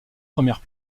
premières